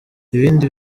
ibindi